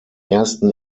ersten